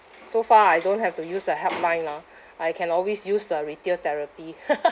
so far I don't have to use the helpline lah I can always use the retail therapy